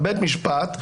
בבית המשפט,